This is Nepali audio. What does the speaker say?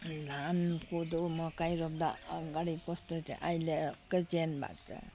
धान कोदो मकै रोप्दा अगाडि कस्तो थियो अहिलेको भएको छ